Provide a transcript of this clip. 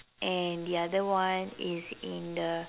and the other one is in the